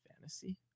Fantasy